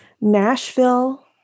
Nashville